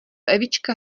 evička